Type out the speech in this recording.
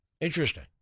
Interesting